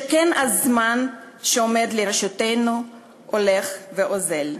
שכן הזמן שעומד לרשותנו הולך ואוזל.